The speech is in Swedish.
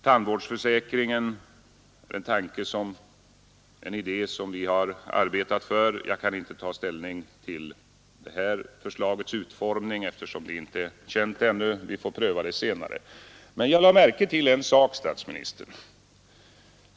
Tandvårdsförsäkringen är en idé som vi har arbetat för. Jag kan inte ta ställning till föreliggande förslags utformning, eftersom det inte ännu är känt. Vi får pröva det senare. Men jag lade märke till en sak, herr statsminister.